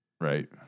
Right